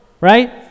right